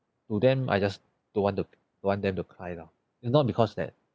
to them I just don't want to don't want them to cry lah it not because that